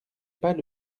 pas